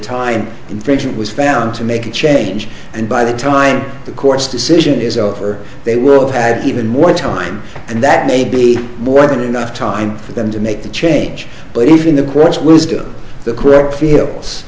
time infringement was found to make a change and by the time the court's decision is over they will have even more time and that may be more than enough time for them to make the change but even the